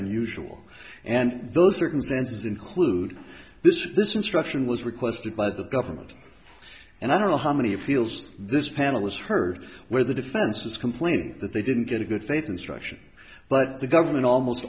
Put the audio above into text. unusual and those circumstances include this this instruction was requested by the government and i don't know how many appeals this panel has heard where the defense has complained that they didn't get a good faith instruction but the government almost